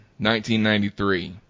1993